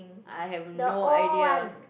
I have no idea